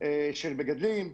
של מגדלים.